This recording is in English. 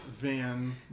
van